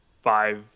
five